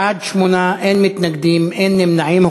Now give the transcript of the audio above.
בעד, 8, אין מתנגדים, אין נמנעים.